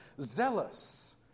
zealous